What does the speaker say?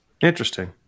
interesting